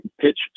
pitch